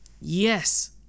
Yes